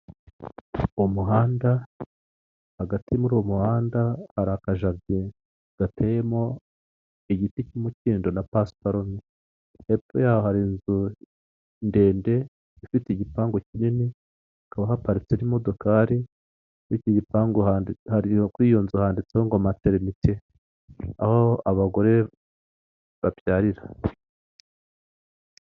Iyi ngiyi ni imirimo y'amaboko y'ubudozi aha ngaha bakudodera ibikapu byiza gakondo Kinyarwanda wabasha kuba wahaha ukakajyana ahantu hatandukanye guhahiramo ndetse n'utundi tuntu twinshi.